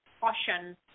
caution